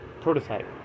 prototype